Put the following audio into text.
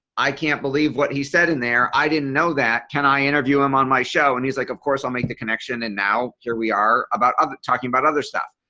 i can't believe what he said in there. i didn't know that. can i interview him on my show and he's like of course, i'll make the connection and now here we are about talking about other stuff.